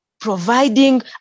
providing